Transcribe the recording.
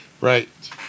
Right